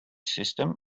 system